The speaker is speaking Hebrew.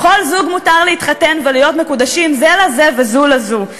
לכל זוג מותר להתחתן ולהיות מקודשים זה לזה וזו לזו.